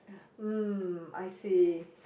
mm I see